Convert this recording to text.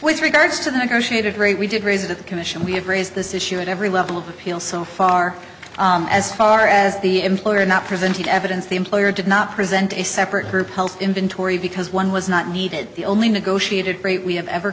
with regards to the negotiated rate we did raise at the commission we have raised this issue at every level of appeal so far as far as the employer not presented evidence the employer did not present a separate group health inventory because one was not needed the only negotiated rate we have ever